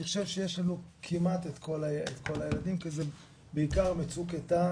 אני חושב שיש לנו כמעט את כל הילדים כי זה בעיקר מצוק איתן,